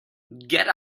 get